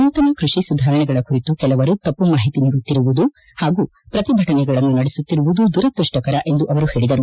ನೂತನ ಕೃಷಿ ಸುಧಾರಣೆಗಳ ಕುರಿತು ಕೆಲವರು ತಪ್ಪು ಮಾಹಿತಿ ನೀಡುತ್ತಿರುವುದು ಹಾಗೂ ಪ್ರತಿಭಟನೆಗಳನ್ನು ನಡೆಸುತ್ತಿರುವುದು ದುರದೃಷ್ಟಕರ ಎಂದು ಅವರು ಹೇಳಿದರು